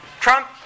Trump